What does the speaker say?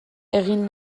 egin